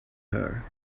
her